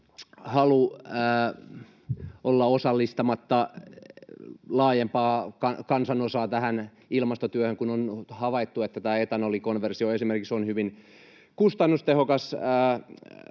halu olla osallistamatta laajempaa kansanosaa tähän ilmastotyöhön, kun on havaittu, että esimerkiksi tämä etanolikonversio on hyvin kustannustehokas